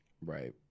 Right